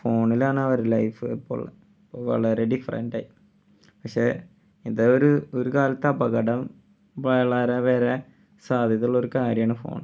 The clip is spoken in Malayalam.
ഫോണിലാണ് അവരുടെ ലൈഫ് ഇപ്പോൾ ഉള്ളത് വളരെ ഡിഫറൻറ്റായി പക്ഷേ ഇത് ഒരു ഒരു കാലത്ത് അപകടം വളരെ വരെ സാധ്യത ഉള്ളൊരു കാര്യമാണ് ഫോൺ